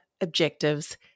objectives